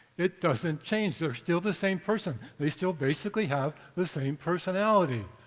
it doesn't change, they are still the same person, they still basically have the same personality.